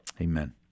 amen